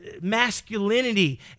masculinity